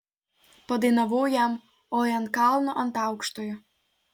padainavau jam oi ant kalno ant aukštojo